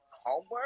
homework